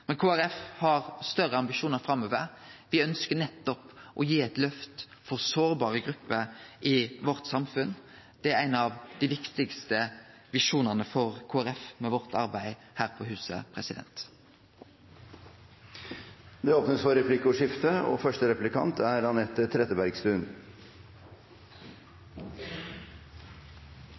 Men Kristeleg Folkeparti har større ambisjonar framover. Me ønskjer å gi eit løft for sårbare grupper i vårt samfunn. Det er ein av dei viktigaste visjonane for Kristeleg Folkeparti med vårt arbeid her på huset. Det blir replikkordskifte. En god barndom varer livet ut, og vi skal kjempe for